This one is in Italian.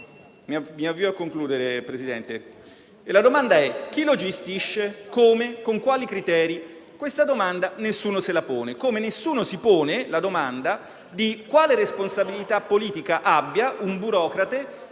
La domanda è: chi lo gestisce, come e con quali criteri? Questa domanda nessuno se la pone, come nessuno si pone la domanda di quale responsabilità politica abbia un burocrate